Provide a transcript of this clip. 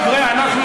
חבר הכנסת יונה.